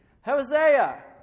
hosea